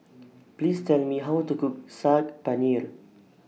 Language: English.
Please Tell Me How to Cook Saag Paneer